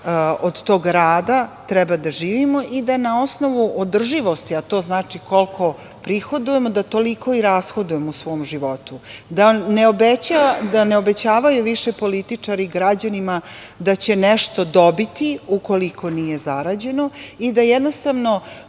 od tog rada treba da živimo i da na osnovu održivosti, a to znači koliko prihodujemo, da toliko i rashodujemo u svom životu. Da ne obećavaju više političari građanima da će nešto dobiti ukoliko nije zarađeno i da jednostavno